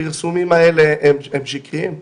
הפרסומים האלה הם שקריים?